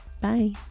Bye